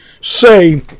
say